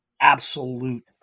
absolute